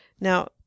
now